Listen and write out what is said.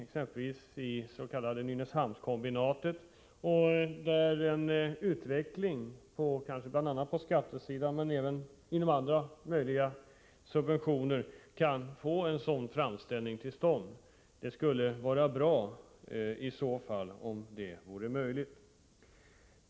Exempelvis Nynäshamnskombinatet kan nämnas i detta avseende. Utvecklingen på skatteområdet och även när det gällert.ex. subventioner kan bidra till att en sådan framställning kommer till stånd. Det skulle vara bra om det vore möjligt.